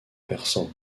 persan